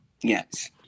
Yes